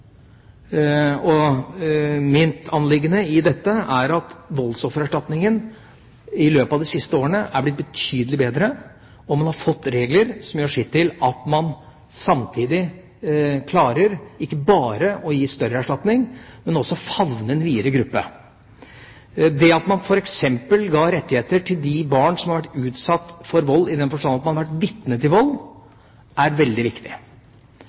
skadetilfeller. Mitt anliggende i dette er at voldsoffererstatningen i løpet av de siste årene er blitt betydelig bedre, og man har fått regler som gjør sitt til at man samtidig klarer ikke bare å gi større erstatning, men også favne en videre gruppe. Det at man f.eks. ga rettigheter til barn som har vært utsatt for vold i den forstand at man har vært vitne til vold, er veldig viktig.